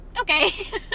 okay